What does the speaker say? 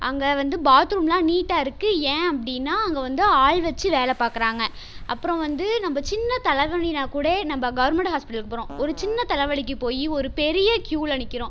அங்கே வந்து பாத்ரூம்லாம் நீட்டா இருக்குது ஏன் அப்படின்னா அங்கே வந்து ஆள் வச்சு வேலை பார்க்குறாங்க அப்புறம் வந்து நம்ப சின்ன தலைவலின்னா கூட நம்ம கவர்மெண்ட் ஹாஸ்பிட்டலுக்கு போகிறோம் ஒரு சின்ன தலைவலிக்கு போய் ஒரு பெரிய க்யூவில் நிற்கிறோம்